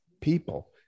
people